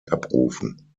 abrufen